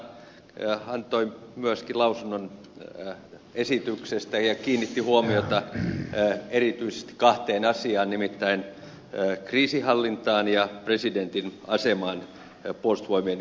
puolustusvaliokunta antoi myöskin lausunnon esityksestä ja kiinnitti huomiota erityisesti kahteen asiaan nimittäin kriisinhallintaan ja presidentin asemaan puolustusvoimien ylipäällikkönä